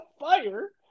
fire